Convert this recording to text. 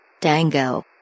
Dango